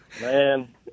Man